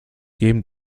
geben